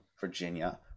Virginia